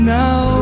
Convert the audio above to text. now